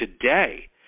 today